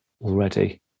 already